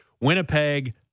Winnipeg